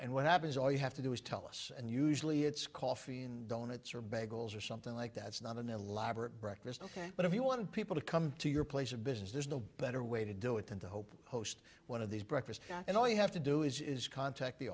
and what happens or you have to do is tell us and usually it's coffee and donuts or bagels or something like that not an elaborate breakfast ok but if you want people to come to your place of business there's no better way to do it than to hope host one of these breakfast and all you have to do is contact the